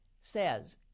says